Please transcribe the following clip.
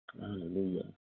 Hallelujah